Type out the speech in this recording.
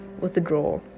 withdraw